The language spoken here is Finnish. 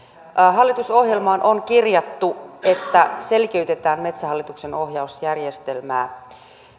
hallitusohjelmaan on kirjattu että selkeytetään metsähallituksen ohjausjärjestelmää